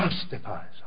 justifies